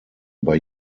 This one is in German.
über